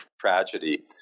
tragedy